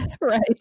Right